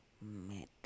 met